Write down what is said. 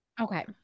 Okay